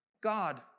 God